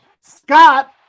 Scott